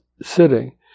sitting